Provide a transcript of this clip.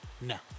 No